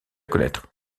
connaître